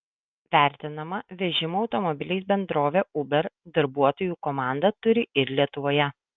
vertinama vežimo automobiliais bendrovė uber darbuotojų komandą turi ir lietuvoje